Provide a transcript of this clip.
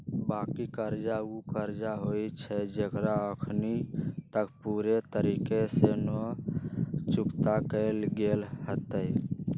बाँकी कर्जा उ कर्जा होइ छइ जेकरा अखनी तक पूरे तरिका से न चुक्ता कएल गेल होइत